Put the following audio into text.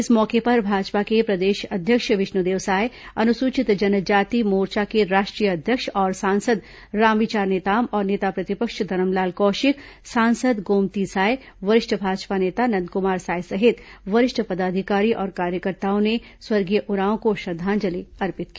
इस मौके पर भाजपा के प्रदेश अध्यक्ष विष्णुदेव साय अनुसूचित जनजाति मोर्चा के राष्ट्रीय अध्यक्ष और सांसद रामविचार नेताम तथा नेता प्रतिपक्ष धरमलाल कौशिक सांसद गोमती साय वरिष्ठ भाजपा नेता नंदकुमार साय सहित वरिष्ठ पदाधिकारी और कार्यकर्ताओं ने स्वर्गीय उरांव को श्रद्दांजलि अर्पित की